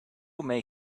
may